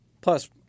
Plus